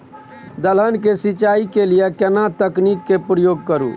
दलहन के सिंचाई के लिए केना तकनीक के प्रयोग करू?